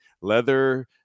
leather